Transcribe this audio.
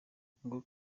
nguwo